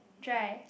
dry